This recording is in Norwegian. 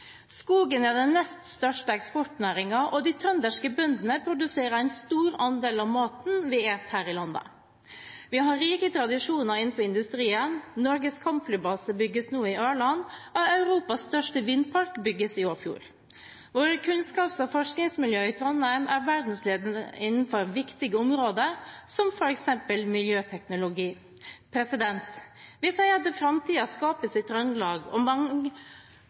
Skogen er den nest største eksportnæringen, og de trønderske bøndene produserer en stor andel av maten vi spiser her i landet. Vi har rike tradisjoner innenfor industrien. Norges kampflybase bygges nå i Ørland, og Europas største vindpark bygges i Åfjord. Våre kunnskaps- og forskningsmiljøer i Trondheim er verdensledende innenfor viktige områder som f.eks. miljøteknologi. Vi sier at framtiden skapes i Trøndelag, og